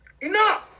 Enough